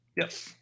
Yes